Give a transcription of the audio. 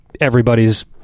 everybody's